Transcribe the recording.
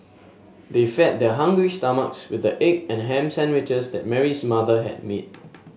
they fed their hungry stomachs with the egg and ham sandwiches that Mary's mother had made